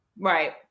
Right